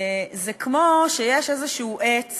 זה כמו שיש עץ